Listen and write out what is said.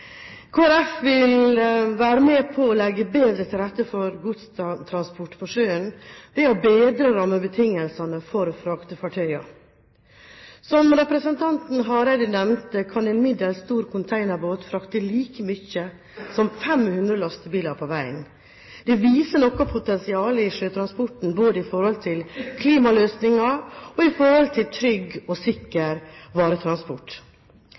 vil være med på å legge bedre til rette for godstransport på sjøen ved å bedre rammebetingelsene for fraktefartøyer. Som representanten Hareide nevnte, kan en middels stor containerbåt frakte like mye som 500 lastebiler på veien. Det viser noe av potensialet i sjøtransporten både i forhold til klimaløsninger og i forhold til trygg og sikker varetransport.